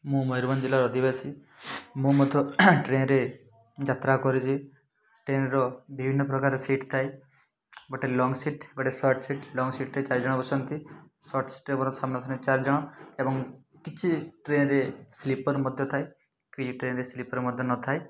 ମୁଁ ମୟୁରଭଞ୍ଜ ଜିଲ୍ଲାର ଅଧିବାସୀ ମୁଁ ମଧ୍ୟ ଟ୍ରେନ୍ରେ ଯାତ୍ରା କରିଛି ଟ୍ରେନ୍ର ବିଭିନ୍ନପ୍ରକାର ସିଟ୍ ଥାଏ ଗୋଟିଏ ଲଙ୍ଗ୍ ସିଟ୍ ଗୋଟିଏ ସର୍ଟ ସିଟ୍ ଲଙ୍ଗ୍ ସିଟ୍ରେ ଚାରିଜଣ ବସନ୍ତି ସର୍ଟ ସିଟ୍ରେ ବଡ଼ସାନ ହୋଇ ଚାରିଜଣ ଏବଂ କିଛି ଟ୍ରେନ୍ରେ ସ୍ଲିପର୍ ମଧ୍ୟ ଥାଏ ଟ୍ରେନ୍ରେ ସ୍ଲିପର୍ ମଧ୍ୟ ନଥାଏ